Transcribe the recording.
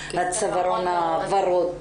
הצווארון הוורוד,